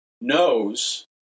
Knows